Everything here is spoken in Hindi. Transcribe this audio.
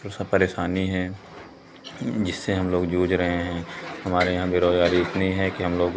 सब परेशानी है जिससे हम लोग जूझ रहे हैं हमारे यहाँ बेरोज़गारी इतनी हैं कि हम लोग